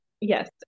Yes